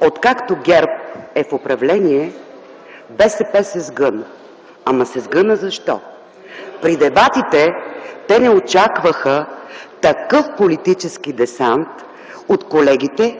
откакто ГЕРБ е в управление, БСП се сгъна. Ама се сгъна, защо? При дебатите те не очакваха такъв политически десант от колегите